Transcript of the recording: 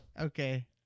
Okay